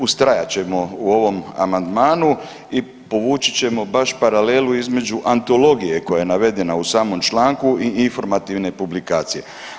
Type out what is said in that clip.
Ustrajat ćemo u ovom amandmanu i povući ćemo baš paralelu između antologije koja je navedena u samom članku i informativne publikacije.